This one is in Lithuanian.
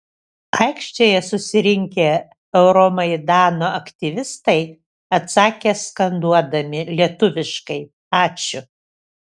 aikštėje susirinkę euromaidano aktyvistai atsakė skanduodami lietuviškai ačiū